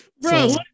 bro